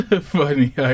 funny